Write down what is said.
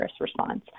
response